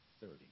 thirty